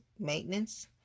Maintenance